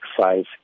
Five